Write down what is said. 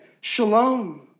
shalom